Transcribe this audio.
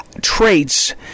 traits